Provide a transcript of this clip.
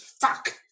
Fuck